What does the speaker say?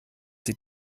sie